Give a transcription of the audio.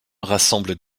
rassemblent